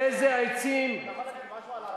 אתה יכול להגיד משהו על,